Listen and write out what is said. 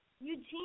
Eugene